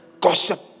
Gossip